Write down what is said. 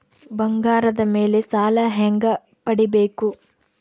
ಬಂಗಾರದ ಮೇಲೆ ಸಾಲ ಹೆಂಗ ಪಡಿಬೇಕು?